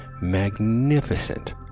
magnificent